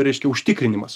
reiškia užtikrinimas